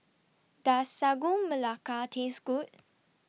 Does Sagu Melaka Taste Good